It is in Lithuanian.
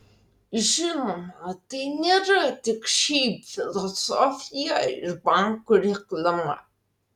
žinoma tai nėra tik šiaip filosofija ir bankų reklama